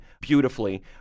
beautifully